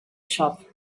shop